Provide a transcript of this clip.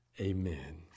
Amen